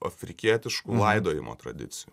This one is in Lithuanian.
afrikietiškų laidojimo tradicijų